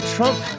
Trump